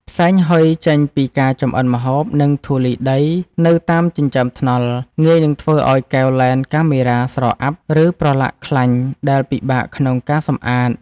ផ្សែងហុយចេញពីការចម្អិនម្ហូប និងធូលីដីនៅតាមចិញ្ចើមថ្នល់ ងាយនឹងធ្វើឱ្យកែវលែនកាមេរ៉ាស្រអាប់ ឬប្រឡាក់ខ្លាញ់ដែលពិបាកក្នុងការសម្អាត។